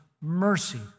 mercy